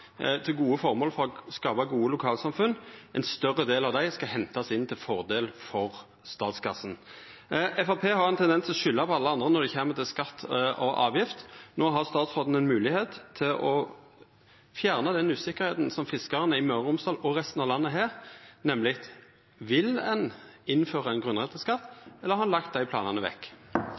til gode formål for å skapa gode lokalsamfunn, skal hentast inn til fordel for statskassa. Framstegspartiet har ein tendens til å skulda på alle andre når det kjem til skatt og avgift. No har statsråden ei moglegheit til å fjerna den usikkerheita som fiskarane i Møre og Romsdal og resten av landet har. Nemleg: Vil ein innføra ein grunnrenteskatt, eller har han lagt dei planane vekk?